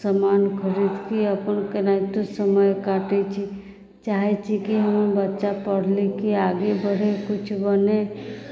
समान खरीदके अपन केनाहितो समय काटैत छी चाहैत छी कि हमर बच्चा पढ़ि लिखिके आगे बढ़य कुछ बनय